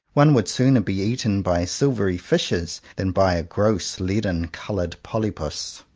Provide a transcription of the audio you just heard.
one would sooner be eaten by silvery fishes than by a gross leaden coloured polypus.